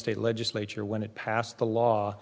state legislature when it passed the law